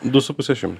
du su puse šimto